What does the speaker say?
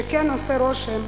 שכן עושה רושם,